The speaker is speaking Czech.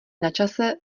načase